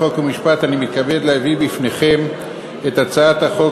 חוק ומשפט אני מתכבד להביא בפניכם את הצעת החוק